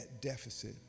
deficit